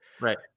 right